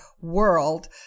world